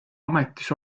ametis